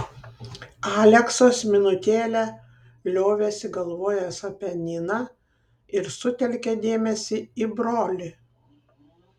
aleksas minutėlę liovėsi galvojęs apie niną ir sutelkė dėmesį į brolį